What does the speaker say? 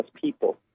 people